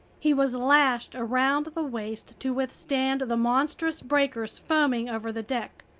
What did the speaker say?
he was lashed around the waist to withstand the monstrous breakers foaming over the deck.